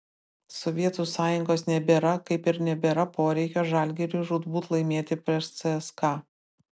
sovietų sąjungos nebėra kaip ir nebėra poreikio žalgiriui žūtbūt laimėti prieš cska